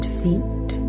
feet